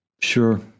Sure